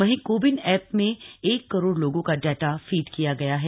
वहीं CoWIN app में एक करोड़ लोगों का डाटा फीड किया गया है